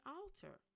altar